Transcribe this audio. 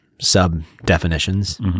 sub-definitions